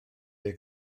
ddeg